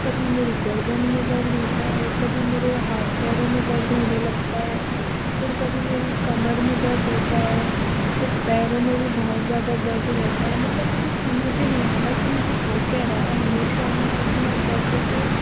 कभी मेरी गर्दन में दर्द होता है कभी मेरे हाथ पैरों में दर्द होने लगता है फिर कभी मेरी कमर में दर्द होता है फिर पैरों में भी बहुत ज़्यादा दर्द रहता है मतलब मुझे समझ ही नहीं आ रहा है कि मुझे हो क्या रहा है हमेशा मैं इतना दर्द से